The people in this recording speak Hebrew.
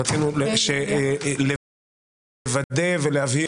רצינו לוודא ולהבהיר